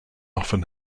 often